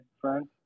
friends